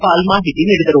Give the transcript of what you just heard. ಪಾಲ್ ಮಾಹಿತಿ ನೀಡಿದರು